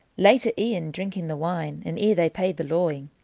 late at e'en, drinking the wine, and ere they paid the lawing,